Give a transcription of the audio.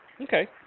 Okay